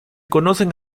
conocen